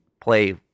play